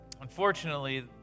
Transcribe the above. unfortunately